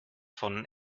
von